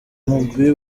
mugwi